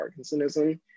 Parkinsonism